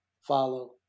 follow